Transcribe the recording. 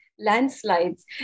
landslides